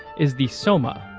is the soma.